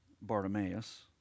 Bartimaeus